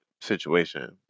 situation